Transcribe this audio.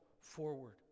forward